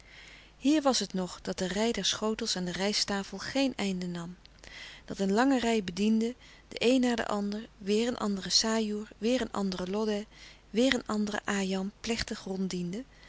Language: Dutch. hier was het nog dat de rei der schotels aan de rijsttafel geen einde nam dat een lange rei bedienden de een na den ander weêr een andere sajoer weêr een andere lodèh weêr een andere ajam plechtig